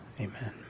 amen